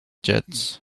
jets